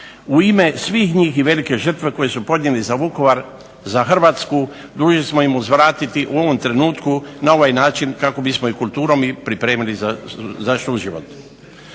u ime svih njih i velike žrtve koje su podnijeli za Vukovar, za Hrvatsku dužni smo im uzvratiti u ovom trenutku na ovaj način kako bismo i kulturom ih pripremili za suživot.